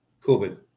COVID